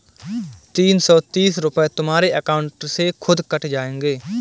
तीन सौ तीस रूपए तुम्हारे अकाउंट से खुद कट जाएंगे